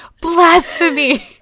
Blasphemy